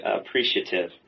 appreciative